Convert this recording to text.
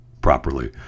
properly